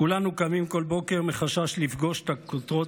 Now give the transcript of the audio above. כולנו קמים כל בוקר מחשש לפגוש את כותרות